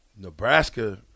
Nebraska